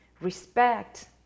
respect